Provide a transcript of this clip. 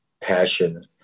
passion